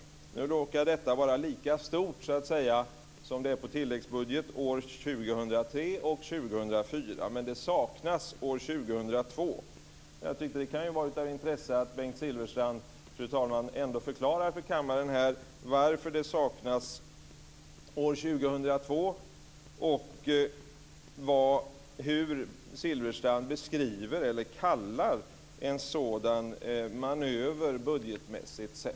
Det råkar vara lika stort år 2003 och 2004, men det saknas år 2002. Jag tycker att det kan vara av intresse att Bengt Silfverstrand, fru talman, förklarar för kammaren varför det saknas år 2002. Vad kallar Silfverstrand en sådan budgetmanöver?